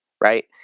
right